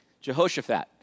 Jehoshaphat